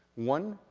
one,